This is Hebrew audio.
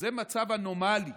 אז זה מצב אנומלי,